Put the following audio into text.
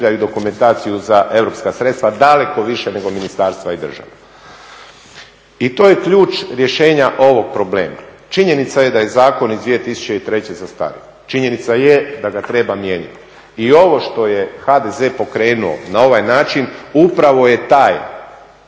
dokumentaciju za europska sredstva, daleko više nego ministarstva i država. I to je ključ rješenja ovog problema. Činjenica je da je zakon iz 2003. zastario. Činjenica je da ga treba mijenjati. I ovo što je HDZ pokrenuo na ovaj način upravo je taj